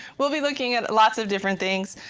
we'll be looking at lots of different things.